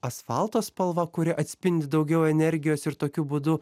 asfalto spalva kuri atspindi daugiau energijos ir tokiu būdu